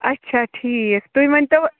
اچھا ٹھیٖک تُہۍ ؤنۍتَو